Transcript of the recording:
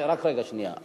רק רגע, שנייה.